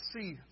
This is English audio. see